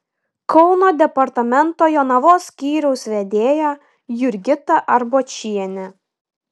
kauno departamento jonavos skyriaus vedėja jurgita arbočienė